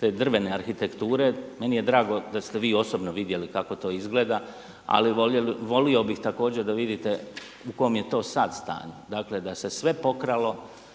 te drvene arhitekture meni je drago da ste vi osobno vidjeli kako to izgleda, ali volio bih također da vidite u kom je to sad stanju. Dakle, da se sve pokralo,